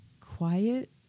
quiet